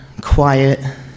quiet